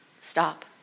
Stop